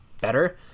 better